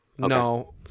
No